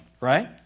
right